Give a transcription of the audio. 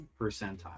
percentile